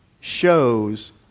shows